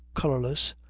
colourless,